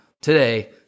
today